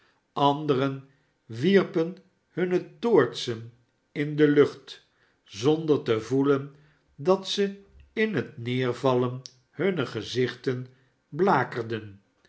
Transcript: anderen wierpen hunne toortsen in de lucht zonder te voelen dat ze in het neervallen hunne gezichten blaker den